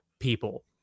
people